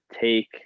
take